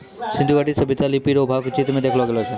सिन्धु घाटी सभ्यता लिपी रो भाव के चित्र मे देखैलो गेलो छलै